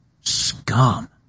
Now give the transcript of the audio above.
scum